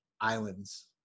islands